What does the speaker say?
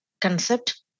concept